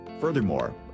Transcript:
Furthermore